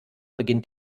beginnt